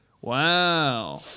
Wow